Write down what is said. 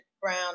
Brown